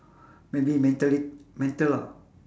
maybe mentally mental lah